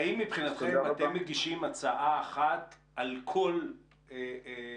האם מבחינתכם אתם מגישים הצעה אחת על כל הענן